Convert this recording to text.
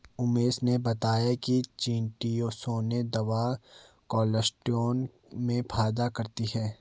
उमेश ने बताया कि चीटोसोंन दवा कोलेस्ट्रॉल में फायदा करती है